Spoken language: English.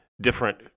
different